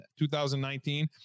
2019